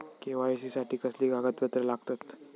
KYC साठी कसली कागदपत्र लागतत?